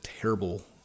terrible